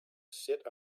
sit